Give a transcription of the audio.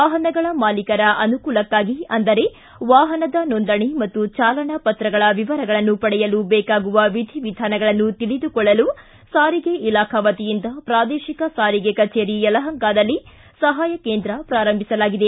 ವಾಹನಗಳ ಮಾಲೀಕರ ಅನುಕೂಲಕ್ಕಾಗಿ ಅಂದರೆ ವಾಹನದ ನೊಂದಣಿ ಮತ್ತು ಚಾಲನಾ ಪತ್ರಗಳ ವಿವರಗಳನ್ನು ಪಡೆಯಲು ಬೇಕಾಗುವ ವಿಧಿ ವಿಧಾನಗಳನ್ನು ತಿಳಿದುಕೊಳ್ಳಲು ಸಾರಿಗೆ ಇಲಾಖಾ ವತಿಯಿಂದ ಪ್ರಾದೇಶಿಕ ಸಾರಿಗೆ ಕಛೇರಿ ಯಲಹಂಕಾದಲ್ಲಿ ಸಹಾಯ ಕೇಂದ್ರ ಪ್ರಾರಂಭಿಸಲಾಗಿದೆ